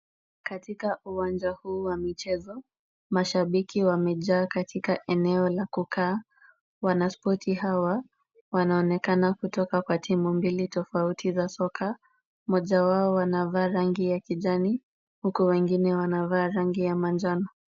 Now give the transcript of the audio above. Katika uwanja huu wa michezo mashabiki wamejaa katika eneo la kukaa. Wanaspoti hawa wanaonekana kutoka kwa timu mbili tofauti za soka, moja wao wanavaa rangi ya kijani huku wengine wanavaa rangi ya manjano.